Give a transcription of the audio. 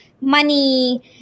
money